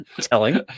Telling